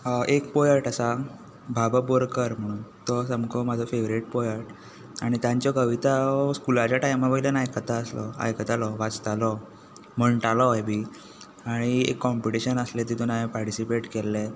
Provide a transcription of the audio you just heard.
एक पोयट आसा भा ब बोरकर म्हणून तो सामको म्हजो फेवरेट पोयट आनी तांच्यो कविता हांव स्कूलाच्या टायमा वयल्यान आयकतां आसलो आयकतालो वाचतालो म्हणटालोय बी आनी एक कोंपिटिशन आसलें तातूंत हांवें पार्टिसिपेट केल्लें